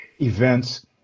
events